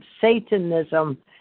Satanism